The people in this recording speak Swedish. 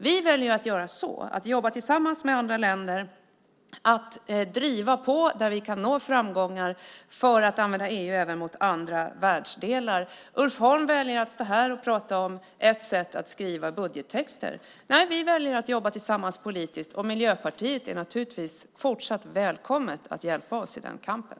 Vi väljer att jobba tillsammans med andra länder, att driva på där vi kan nå framgångar och att använda EU även mot andra världsdelar. Ulf Holm väljer att stå här och prata om ett sätt att skriva budgettexter. Vi väljer att jobba tillsammans politiskt, och Miljöpartiet är naturligtvis fortsatt välkommet att hjälpa oss i den kampen.